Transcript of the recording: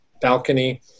balcony